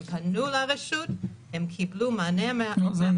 הם פנו לרשות והם קיבלו מענה מהרשות ספציפית.